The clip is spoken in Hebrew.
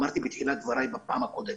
אמרתי בתחילת דבריי בפעם הקודמת,